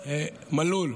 מלול,